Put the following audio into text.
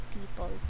people